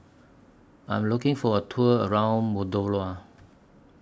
I Am looking For A Tour around Moldova